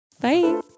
bye